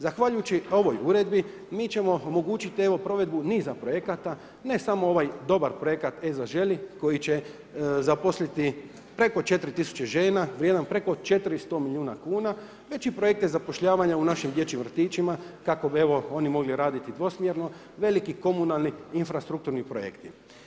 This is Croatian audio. Zahvaljujući ovoj uredbi mi ćemo omogućiti evo provedbu niza projekata ne samo ovaj dobar projekat e-zaželi koji će zaposliti preko 4000 žena vrijedan preko 400 milijuna kuna već i projekte zapošljavanja u našim dječjim vrtićima kako bi evo oni mogli raditi dvosmjerno, veliki komunalni, infrastrukturni projekti.